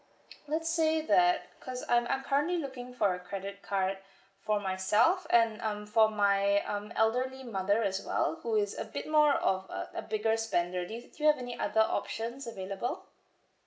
let's say that because I'm I'm currently looking for a credit card for myself and um for my um elderly mother as well who is a bit more of uh a bigger spender do you s~ still have any other options available